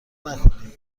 نکنید